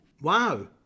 Wow